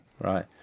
right